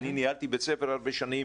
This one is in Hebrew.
אני ניהלתי בית ספר הרבה שנים.